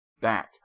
back